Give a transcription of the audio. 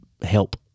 help